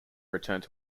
returned